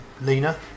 Lena